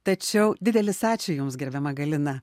tačiau didelis ačiū jums gerbiama galina